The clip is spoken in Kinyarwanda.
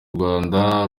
rwanda